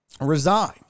resign